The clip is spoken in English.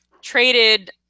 traded